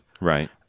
Right